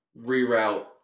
Reroute